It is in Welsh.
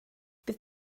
bydd